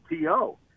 PO